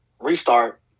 restart